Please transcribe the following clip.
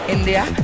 India